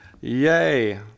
Yay